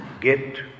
get